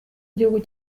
igihugu